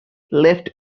left